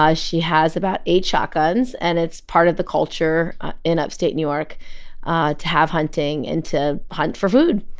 ah she has about eight shotguns, and it's part of the culture in upstate new york ah to have hunting and to hunt for food.